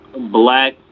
black